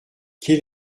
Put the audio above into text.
quel